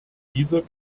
dieser